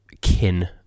kin